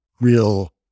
real